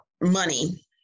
money